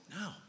No